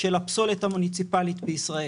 הראל בן דוד, בבקשה.